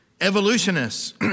evolutionists